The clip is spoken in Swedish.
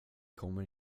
kommer